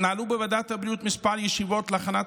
התנהלו בוועדת הבריאות כמה ישיבות להכנת